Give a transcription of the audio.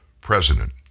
President